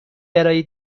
برای